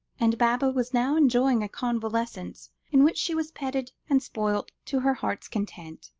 and baba was now enjoying a convalescence, in which she was petted and spoilt to her heart's content,